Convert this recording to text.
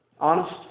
honest